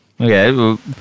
Okay